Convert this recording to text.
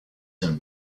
him